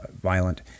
violent